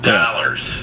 dollars